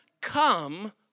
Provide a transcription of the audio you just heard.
Come